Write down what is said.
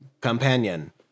Companion